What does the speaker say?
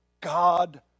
God